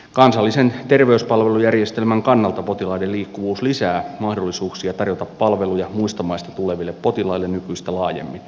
kansallisen terveyspalvelujärjestelmän kannalta potilaiden liikkuvuus lisää mahdollisuuksia tarjota palveluja muista maista tuleville potilaille nykyistä laajemmin